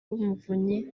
rw’umuvunyi